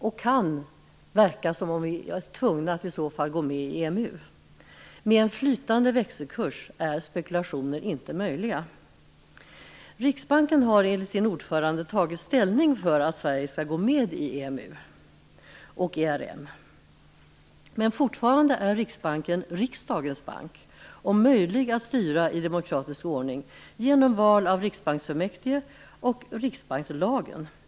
Det kan då verka som om vi är tvungna att gå med i EMU. Men med en flytande växelkurs är spekulationer inte möjliga. Riksbanken har enligt sin ordförande tagit ställning för att Sverige skall gå med i EMU och ERM. Men fortfarande är Riksbanken riksdagens bank och möjlig att styra i demokratisk ordning, genom val av riksbanksfullmäktige och genom riksbankslagen.